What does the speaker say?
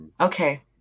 okay